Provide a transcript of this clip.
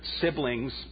siblings